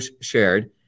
shared